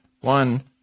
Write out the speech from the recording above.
One